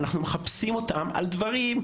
אנחנו מחפשים אותם על כל מיני דברים,